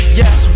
yes